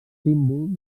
símbol